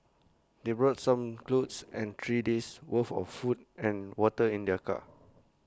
they brought some clothes and three days' worth of food and water in their car